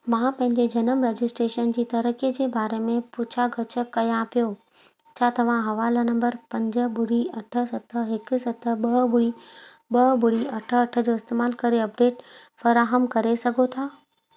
मां पंहिंजे जनम रजिस्ट्रेशन जी तरक़ीअ जे बारे में पुछा ॻछा कयां पियो छा तव्हां हवाला नम्बर पंज ॿुड़ी अठ सत हिकु सत ॿ ॿुड़ी ॿ ॿुड़ी अठ अठ जो इस्तेमालु करे अपडेट फ़राहमु करे सघो था